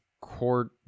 court